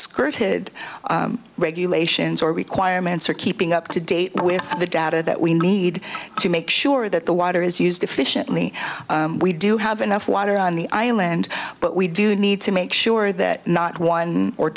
skirted regulations or requirements are keeping up to date with the data that we need to make sure that the water is used efficiently we do have enough water on the island but we do need to make sure that not one or